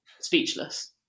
speechless